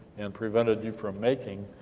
and prevented you from making.